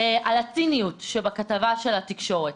על הציניות שבכתבה של התקשורת,